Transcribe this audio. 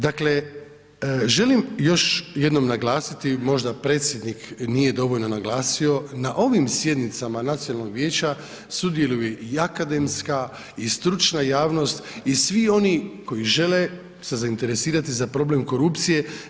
Dakle, želim još jednom naglasiti možda predsjednik nije dovoljno naglasio na ovim sjednicama nacionalnog vijeća sudjeluju i akademska i stručna javnost i svi oni koji žele se zainteresirati za problem korupcije.